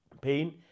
pain